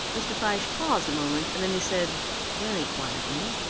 mr. fyshe paused a moment and then he said very quietly,